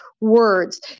words